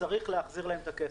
שצריך להחזיר להם כסף.